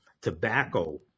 tobacco